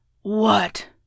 What